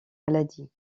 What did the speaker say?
maladie